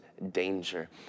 danger